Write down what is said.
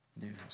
news